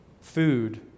food